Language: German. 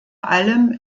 allem